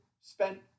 spent